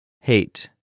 Hate